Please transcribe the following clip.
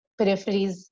peripheries